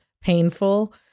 painful